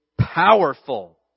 powerful